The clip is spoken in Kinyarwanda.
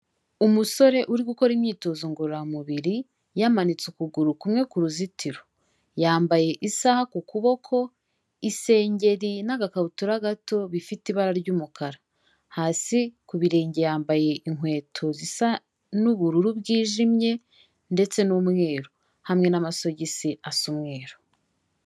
Umusore uri gukora imyitozo ngororamubiri yamanitse ukuguru kumwe ku ruzitiro, yambaye isaha ku kuboko, isengeri n'agakabutura gato bifite ibara ry'umukara, hasi ku birenge yambaye inkweto zisa n'ubururu bwijimye ndetse n'umweru hamwe n'amasogisi asa umweru.